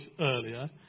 earlier